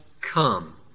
come